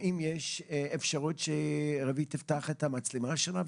האם יש אפשרות שרוית תפתח את המצלמה שלה?